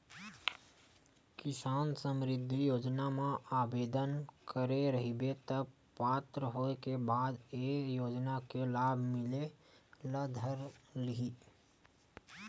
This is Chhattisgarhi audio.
किसान समरिद्धि योजना म आबेदन करे रहिबे त पात्र होए के बाद ए योजना के लाभ मिले ल धर लिही